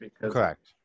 Correct